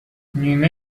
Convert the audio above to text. نیمه